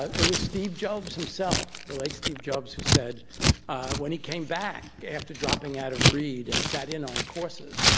it was steve jobs himself, the late steve jobs, who said when he came back after dropping out of reed and sat in on courses,